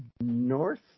north